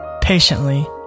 patiently